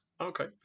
Okay